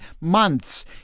months